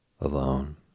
Alone